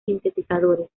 sintetizadores